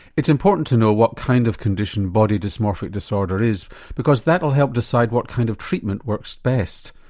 it's important to know what kind of condition body dysmorphic disorder is because that will help decide what kind of treatment works best.